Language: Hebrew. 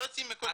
סוציו אקונומיים.